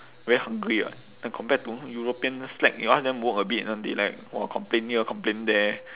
very hungry [what] compared to europeans slack you ask them work a bit ah they like !wah! complain here complain there